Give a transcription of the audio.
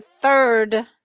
third